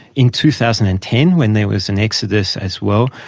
in two thousand and ten when there was an exodus as well,